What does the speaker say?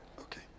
Okay